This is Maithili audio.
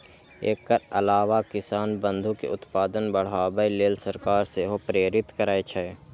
एकर अलावा किसान बंधु कें उत्पादन बढ़ाबै लेल सरकार सेहो प्रेरित करै छै